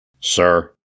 Sir